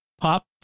pop